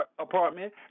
apartment